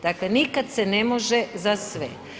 Dakle, nikad se ne može za sve.